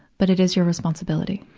but it is your responsibility.